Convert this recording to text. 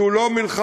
שהוא לא מלחמה,